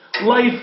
Life